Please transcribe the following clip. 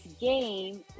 game